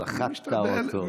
סחטת אותו.